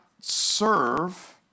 serve